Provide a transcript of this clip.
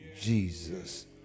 Jesus